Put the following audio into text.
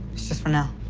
it's just for now.